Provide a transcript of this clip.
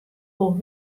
wol